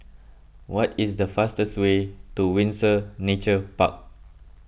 what is the fastest way to Windsor Nature Park